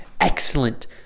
excellent